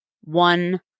one